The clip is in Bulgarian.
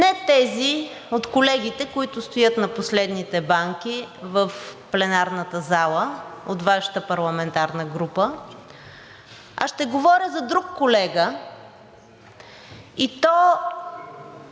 Не тези от колегите, които стоят на последните банки в пленарната зала, от Вашата парламентарна група, а ще говоря за друг колега, и то